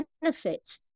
benefit